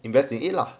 invest in it lah